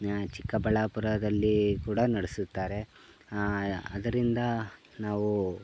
ಹಾಂ ಚಿಕ್ಕಬಳ್ಳಾಪುರದಲ್ಲಿ ಕೂಡ ನಡೆಸುತ್ತಾರೆ ಅದರಿಂದ ನಾವು